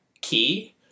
key